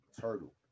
turtle